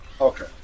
Okay